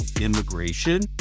immigration